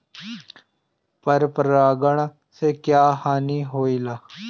पर परागण से क्या हानि होईला?